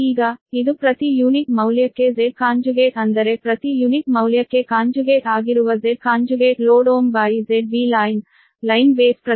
ಈಗ ಇದು ಪ್ರತಿ ಯೂನಿಟ್ ಮೌಲ್ಯಕ್ಕೆ Z ಅಂದರೆ ಪ್ರತಿ ಯುನಿಟ್ ಮೌಲ್ಯಕ್ಕೆ ಕಾಂಜುಗೇಟ್ ಆಗಿರುವ Zload Ω ZBline ಲೈನ್ ಬೇಸ್ ಪ್ರತಿರೋಧ